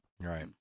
right